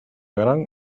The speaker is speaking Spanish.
gran